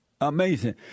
amazing